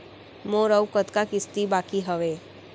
मोर अऊ कतका किसती बाकी हवय?